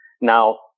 Now